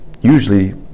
usually